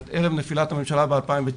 ערב נפילת הממשלה ב-2019,